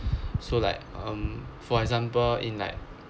so like um for example in like